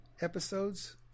episodes